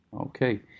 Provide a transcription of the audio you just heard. Okay